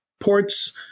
ports